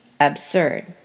absurd